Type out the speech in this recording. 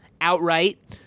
outright